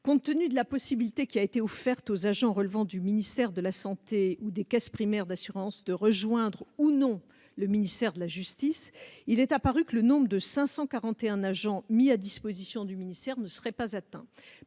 Compte tenu de la possibilité laissée aux agents relevant du ministère de la santé ou des caisses primaires d'assurance maladie de ne pas rejoindre le ministère de la justice, il est apparu que le nombre de 541 agents mis à disposition du ministère ne serait pas atteint.